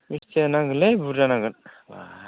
मिस्टिया नांगोनलै बुर्जा नांगोन बाह